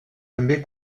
també